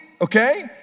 okay